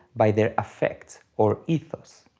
by their affects or ethos.